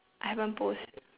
I haven't post